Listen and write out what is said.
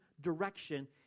direction